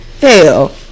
Hell